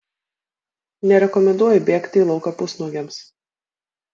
nerekomenduoju bėgti į lauką pusnuogiams